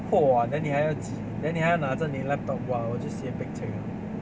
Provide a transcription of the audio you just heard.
!whoa! then 你还要挤 then 你还要拿着你的 laptop !wah! 我就 si eh pek cek liao